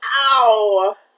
ow